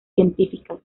científicas